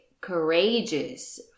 courageous